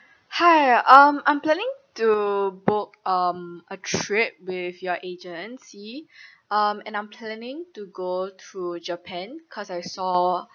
hi um I'm planning to book um a trip with your agency um and I'm planning to go through japan cause I saw